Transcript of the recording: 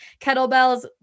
kettlebells